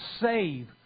save